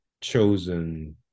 chosen